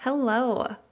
Hello